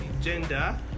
gender